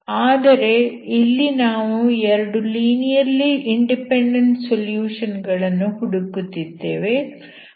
ಆದರೆ ಇಲ್ಲಿ ನಾವು 2 ಲೀನಿಯರ್ಲಿ ಇಂಡಿಪೆಂಡೆಂಟ್ ಸೊಲ್ಯೂಷನ್ ಗಳನ್ನು ಹುಡುಕುತ್ತಿದ್ದೇವೆ